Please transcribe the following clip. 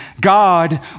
God